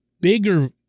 bigger